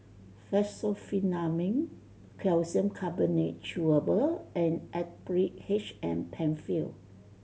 Fexofenadine Calcium Carbonate Chewable and Actrapid H M Penfill